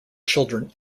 children